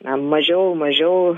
na mažiau mažiau